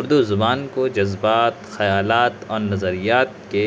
اردو زبان کو جذبات خیالات اور نظریات کے